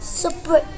super